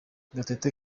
gatete